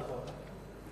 נכון.